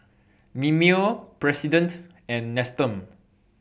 Mimeo President and Nestum